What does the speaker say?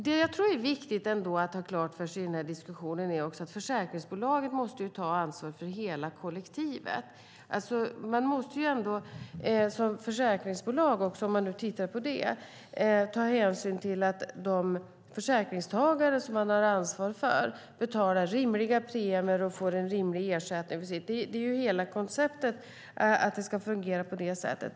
Det jag tror är viktigt att ändå ha klart för sig i den här diskussionen är att försäkringsbolagen måste ta ansvar för hela kollektivet. Man måste ändå som försäkringsbolag, om vi tittar på det, ta hänsyn till att de försäkringstagare som man har ansvar för betalar rimliga premier och får en rimlig ersättning. Det är ju hela konceptet att det ska fungera på det sättet.